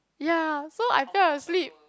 ya so I fell asleep